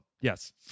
yes